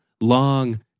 long